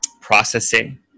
processing